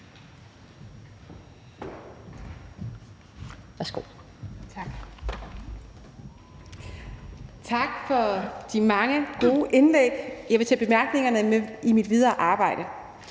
Elholm): Tak for de mange gode indlæg – jeg vil tage bemærkningerne med i mit videre arbejde.